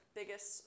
biggest